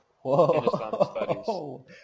Whoa